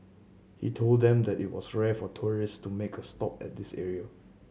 he told them that it was rare for tourists to make a stop at this area